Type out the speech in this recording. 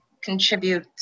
contribute